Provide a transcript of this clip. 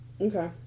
Okay